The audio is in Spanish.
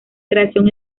creación